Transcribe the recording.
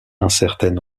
incertaine